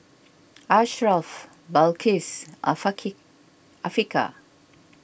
Asharaff Balqis and Afiqah